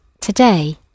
today